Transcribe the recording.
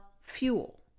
fuel